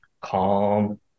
calm